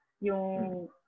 yung